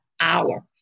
hour